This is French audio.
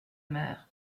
mer